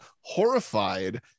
horrified